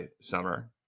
summer